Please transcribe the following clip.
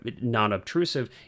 non-obtrusive